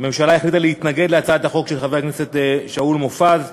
הממשלה החליטה להתנגד להצעת החוק של חבר הכנסת שאול מופז.